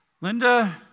Linda